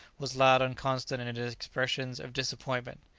was loud and constant in his expressions of disappointment.